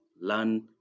learn